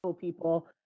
people